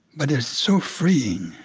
but it's so freeing.